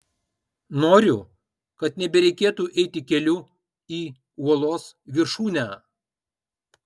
noriu kad nebereikėtų eiti keliu į uolos viršūnę